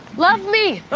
love me! oh!